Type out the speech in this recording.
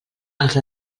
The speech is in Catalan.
els